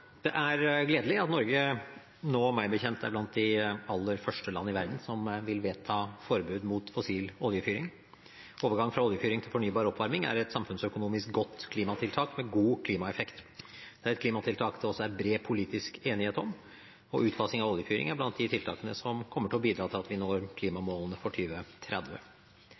Det er gledelig at Norge nå, meg bekjent, er blant de aller første land i verden som vil vedta forbud mot fossil oljefyring. Overgangen fra oljefyring til fornybar oppvarming er et samfunnsøkonomisk godt klimatiltak med god klimaeffekt. Det er et klimatiltak det også er bred politisk enighet om. Utfasing av oljefyring er blant de tiltakene som kommer til å bidra til at vi når klimamålene for